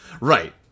Right